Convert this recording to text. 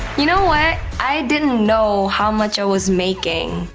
you know what? i didn't know how much i was making.